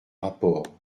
rapport